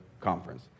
conference